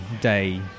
day